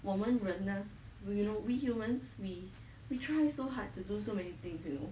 我们人呢 you know we humans we we try so hard to do so many things you know